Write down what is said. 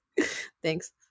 thanks